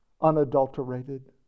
unadulterated